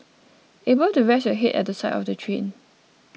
able to rest your head at the side of the train